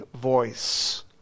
voice